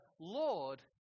Lord